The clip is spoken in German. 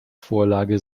vorlage